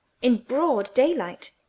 in broad daylight?